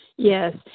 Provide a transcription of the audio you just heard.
Yes